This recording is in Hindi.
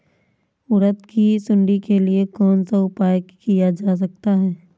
उड़द की सुंडी के लिए कौन सा उपाय किया जा सकता है?